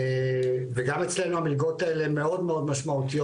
וגם אצלנו המלגות האלה מאוד מאוד משמעותיות,